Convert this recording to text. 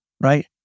right